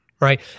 right